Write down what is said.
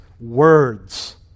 words